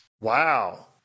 Wow